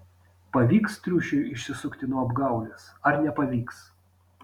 pavyks triušiui išsisukti nuo apgaulės ar nepavyks